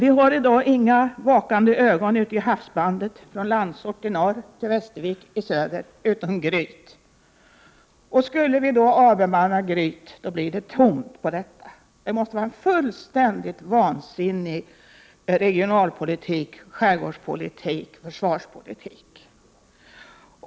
I dag har vi inga vakande ögon i havsbandet från Landsort i norr till Västervik i söder utom Gryt, och skulle man avbemanna Gryt blir det tomt. Det måste vara en fullständigt vansinnig regionalpolitik, skärgårdspolitik och försvarspolitik!